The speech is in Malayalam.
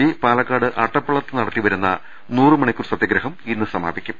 പി പാലക്കാട് അട്ടക്കുളത്ത് നടത്തിവരുന്ന നൂറ് മണിക്കൂർ സത്യ ഗ്രഹം ഇന്ന് സമാപിക്കും